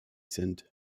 sind